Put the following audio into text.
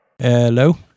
Hello